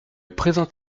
présent